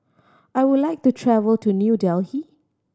I would like to travel to New Delhi